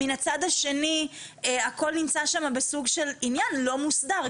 ומן הצד השני הכול נמצא שם בסוג של עניין לא מוסדר.